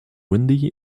windy